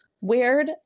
weird